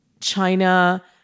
China